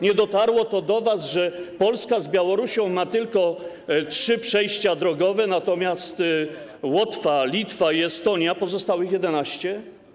Nie dotarło do was, że Polska z Białorusią ma tylko trzy przejścia drogowe, natomiast Łotwa, Litwa i Estonia mają pozostałych 11?